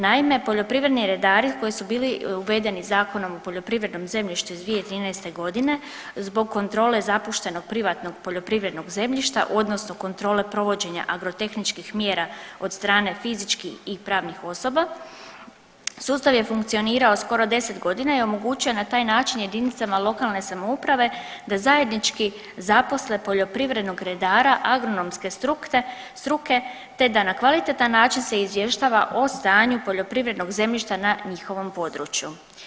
Naime, poljoprivredni redari koji su bili uvedeni Zakonom o poljoprivrednom zemljištu iz 2013.g. zbog kontrole zapuštenog privatnog poljoprivrednog zemljišta odnosno kontrole provođenja agrotehničkih mjera od strane fizičkih i pravnih osoba sustav je funkcionirao skoro 10.g. i omogućio na taj način JLS da zajednički zaposle poljoprivrednog redara agronomske struke, te da na kvalitetan način se izvještava o stanju poljoprivrednog zemljišta na njihovom području.